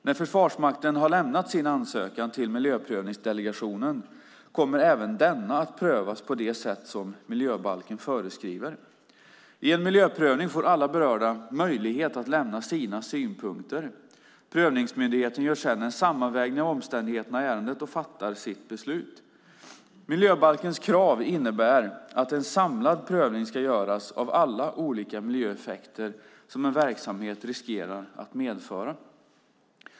När Försvarsmakten har lämnat in sin ansökning till miljöprövningsdelegationen kommer även denna att prövas på det sätt miljöbalken föreskriver. I en miljöprövning får alla berörda möjlighet att lämna sina synpunkter. Prövningsmyndigheten gör sedan en sammanvägning av omständigheterna i ärendet och fattar sitt beslut. Miljöbalkens krav innebär att en samlad prövning ska göras av alla olika miljöeffekter som en verksamhet riskerar att medföra.